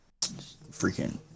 Freaking